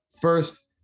First